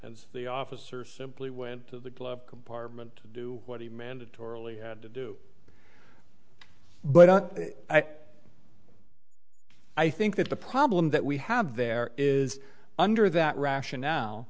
as the officer simply went to the glove compartment to do what he mandatorily had to do but i think that the problem that we have there is under that rationale